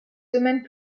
semaines